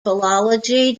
philology